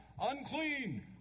unclean